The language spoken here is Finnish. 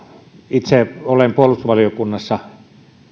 itse olen puolustusvaliokunnassa